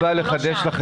אנחנו לא שם.